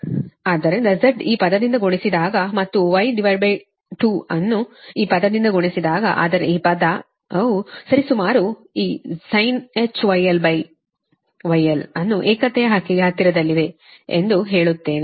ಆದ್ದರಿಂದ Z ಈ ಪದದಿಂದ ಗುಣಿಸಿದಾಗ ಮತ್ತು Y2 ಅನ್ನು ಈ ಪದದಿಂದ ಗುಣಿಸಿದಾಗ ಆದರೆ ಈ ಪದವು ಸರಿಸುಮಾರು ಈ sinh γl γl ಅನ್ನು ಏಕತೆಯ ಹಕ್ಕಿಗೆ ಹತ್ತಿರದಲ್ಲಿದೆ ಎಂದು ಹೇಳುತ್ತೇನೆ